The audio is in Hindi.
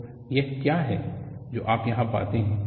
तो यह क्या है जो आप यहां पाते हैं